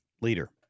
leader